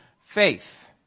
faith